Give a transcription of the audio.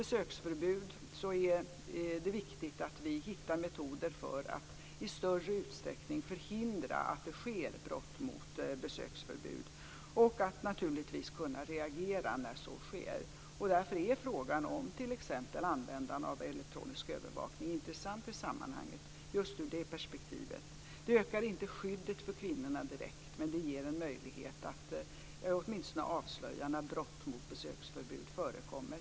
Det är viktigt att vi hittar metoder för att i större utsträckning kunna förhindra brott mot besöksförbud och, naturligtvis, kunna reagera när sådana begås. Därför är frågan om t.ex. användande av elektronisk övervakning intressant i sammanhanget. Det här ökar inte skyddet för kvinnorna direkt, men det ger en möjlighet att åtminstone avslöja när brott mot besöksförbud förekommer.